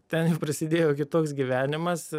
ten jau prasidėjo kitoks gyvenimas